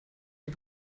die